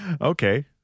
Okay